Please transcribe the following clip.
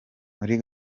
muri